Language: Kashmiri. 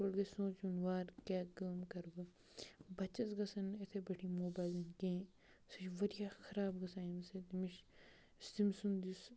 گۄڈ گژھِ سونٛچُن وارٕ کیٛاہ کٲم کَرٕ بہٕ بَچَس گَژھن نہٕ یِتھَے پٲٹھی یِم موبایل دِنۍ کینٛہہ سُہ چھِ واریاہ خراب گژھان اَمہِ سۭتۍ تٔمِس یُس تٔمۍ سُنٛد یُس